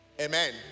Amen